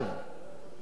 בצד המקצועי,